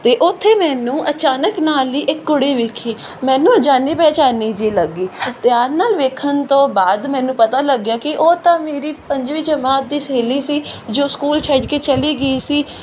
ਤੇ ਉੱਥੇ ਮੈਨੂੰ ਅਚਾਨਕ ਨਾਲ ਲਈ ਇੱਕ ਕੁੜੀ ਵੇਖੀ ਮੈਨੂੰ ਜਾਨੀ ਪਹਿਚਾਨੀ ਜਿਹੀ ਲੱਗੀ ਧਿਆਨ ਨਾਲ ਵੇਖਣ ਤੋਂ ਬਾਅਦ ਮੈਨੂੰ ਪਤਾ ਲੱਗ ਗਿਆ ਕਿ ਉਹ ਤਾਂ ਮੇਰੀ ਪੰਜਵੀਂ ਜਮਾਤ ਦੀ ਸਹੇਲੀ ਸੀ ਜੋ ਸਕੂਲ ਛੱਡ ਕੇ ਚਲੀ ਗਈ ਸੀ